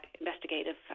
investigative